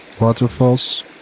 waterfalls